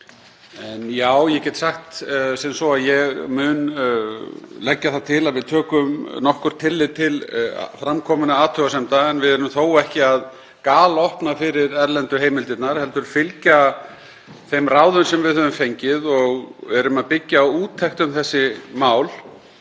En já, ég get sagt sem svo að ég mun leggja það til að við tökum nokkurt tillit til fram kominna athugasemda, en við erum þó ekki að galopna fyrir erlendu heimildirnar heldur fylgja þeim ráðum sem við höfum fengið og byggjum á úttekt um þessi mál.